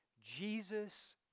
Jesus